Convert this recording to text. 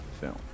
film